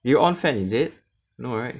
you on fan is it no right